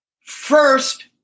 first